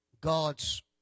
God's